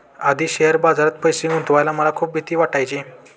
आधी शेअर बाजारात पैसे गुंतवायला मला खूप भीती वाटायची